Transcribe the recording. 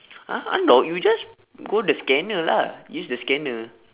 !huh! unlock you just go the scanner lah use the scanner